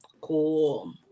cool